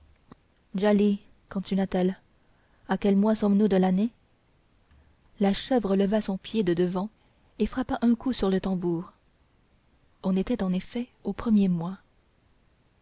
djali continua-t-elle à quel mois sommes-nous de l'année la chèvre leva son pied de devant et frappa un coup sur le tambour on était en effet au premier mois